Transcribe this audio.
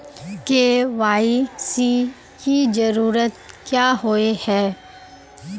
KYC की जरूरत क्याँ होय है?